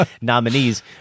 nominees